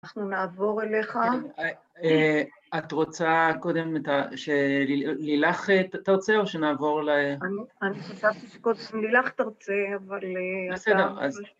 ‫אנחנו נעבור אליך. ‫את רוצה קודם את ה... ‫שלילך את תרצה או שנעבור ל... ‫אני חשבתי שקודם לילך תרצה, ‫אבל עכשיו... ‫אה, בסדר, אז...